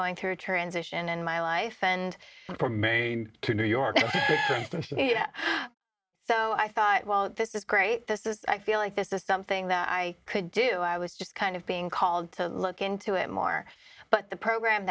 going through a transition in my life and to new york so i thought well this is great this is i feel like this is something that i could do i was just kind of being called to look into it more but the program